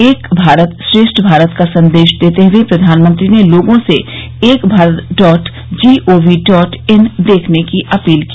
एक भारत श्रेष्ठ भारत का संदेश देते हुए प्रधानमंत्री ने लोगों से Ekbharat dot gov dot in देखने की अपील की